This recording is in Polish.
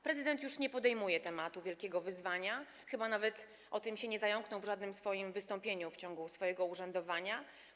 Prezydent już nie podejmuje tematu wielkiego wyzwania, chyba nawet nie zająknął się na ten temat w żadnym swoim wystąpieniu w ciągu swojego urzędowania.